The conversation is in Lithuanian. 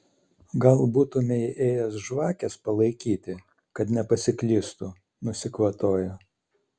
gal būtumei ėjęs žvakės palaikyti kad nepasiklystų nusikvatojo